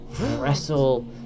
wrestle